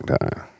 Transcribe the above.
time